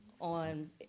on